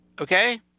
Okay